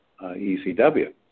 ECW